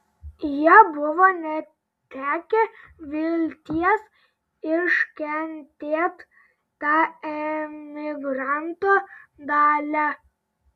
jie buvo netekę vilties iškentėt tą emigranto dalią